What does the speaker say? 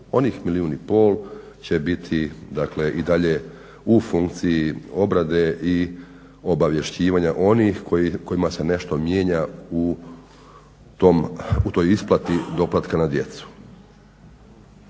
onih milijun i pol će biti i dalje u funkciji obrade i obavješćivanja onih kojima se nešto mijenja u toj isplati doplatka na djecu.